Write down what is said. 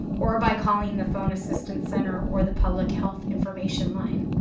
or by calling the phone assistance center or the public health information line.